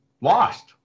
lost